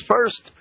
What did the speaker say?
First